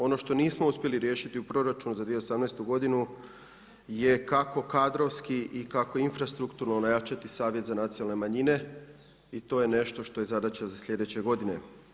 Ono što nismo uspjeli riješiti u proračunu za 2018. godinu je kako kadrovski i kako infrastrukturno ojačati Savjet za nacionalne manjine i to je nešto što je zadaća za slijedeće godine.